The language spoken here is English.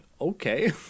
okay